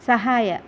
ಸಹಾಯ